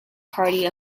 party